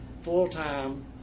full-time